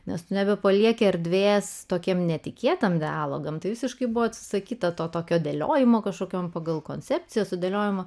nes nebepalieka erdvės tokiam netikėtam idealo gamtai visiškai buvo atsisakyta tokio dėliojimo kažkokiom pagal koncepciją sudėliojama